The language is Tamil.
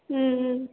ம்ம்